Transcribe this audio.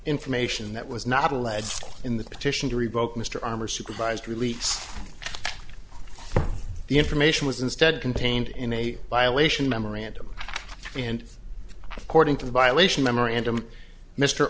information that was not alleged in the petition to revoke mr armor supervised release the information was instead contained in a violation memorandum and according to the violation memorandum mr